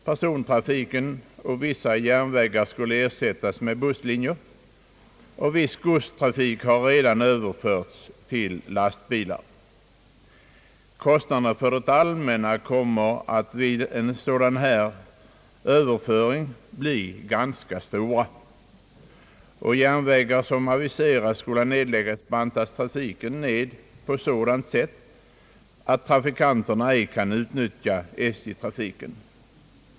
Persontrafiken på vissa järnvägar skulle ersättas Kostnaderna för det allmänna kommer vid en sådan överföring att bli ganska stora, och på järnvägslinjer som aviserats skola nedläggas bantas trafiken ned på ett sådant sätt att trafikanterna ej kan utnyttja SJ.